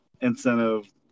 incentive